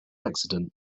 accident